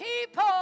people